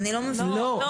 לא.